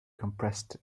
compressed